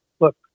look